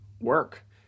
work